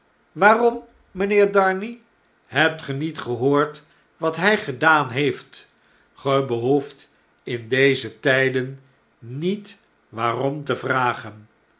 waarom mynheer darnay hebt ge niet gehoord wat hy gedaan heeft ge behoeft in deze tjjden niet waarom te vragen